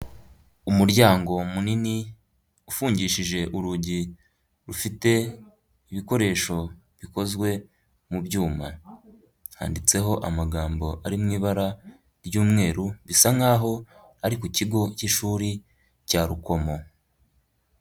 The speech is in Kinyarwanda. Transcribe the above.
Umuryango munini ufungishije urugi rufite ibikoresho bikozwe mu byuma, handitseho amagambo ari mu ibara ry'umweru bisa nk'aho ari ku kigo cy'ishuri cya Rukomo.